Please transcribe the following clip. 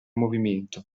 movimento